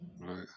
right